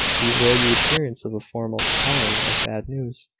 to avoid the appearance of a formal telling of bad news,